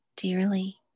Dearly